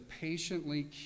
patiently